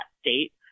state